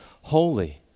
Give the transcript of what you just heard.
holy